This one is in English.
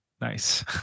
Nice